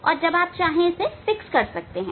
और जब आप चाहे आप इसे स्थिर कर सकते हैं